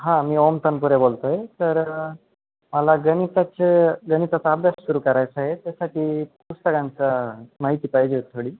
हां मी ओम तनपुरे बोलतो आहे तर मला गणिताचे गणिताचा अभ्यास सुरू करायचा आहे त्यासाठी पुस्तकांचा माहिती पाहिजे थोडी